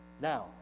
now